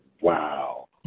wow